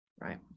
Right